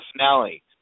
finale